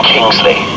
Kingsley